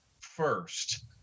first